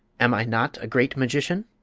am i not a great magician?